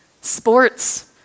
Sports